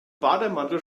bademantel